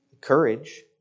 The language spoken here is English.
courage